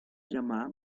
llamada